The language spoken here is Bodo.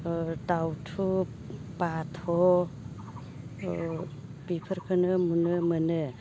दाउथु बाथ' ओ बिफोरखोनो नुनो मोनो